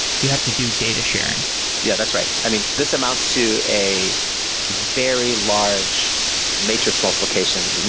you have to do data sharing yeah, that's right. i mean, this amounts to a very large matrix multiplication,